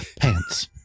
Pants